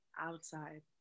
outside